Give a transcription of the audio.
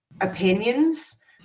opinions